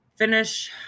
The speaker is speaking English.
finish